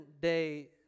day